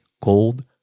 gold